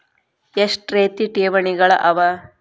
ಎಷ್ಟ ರೇತಿ ಠೇವಣಿಗಳ ಅವ?